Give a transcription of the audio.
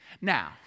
Now